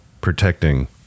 protecting